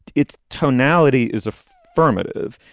it's tonality is affirmative.